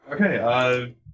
Okay